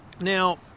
Now